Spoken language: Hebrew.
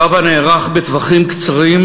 קרב הנערך בטווחים קצרים,